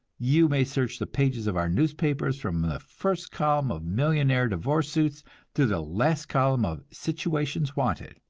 you may search the pages of our newspapers from the first column of millionaire divorce suits to the last column of situations wanted,